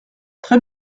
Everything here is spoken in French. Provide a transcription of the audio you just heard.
très